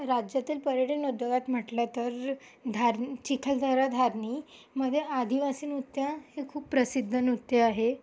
राज्यातील पर्यटन उद्योगात म्हटलं तर धार चिखलदरा धारनी मधे आदिवासी नृत्य हे खूप प्रसिद्ध नृत्य आहे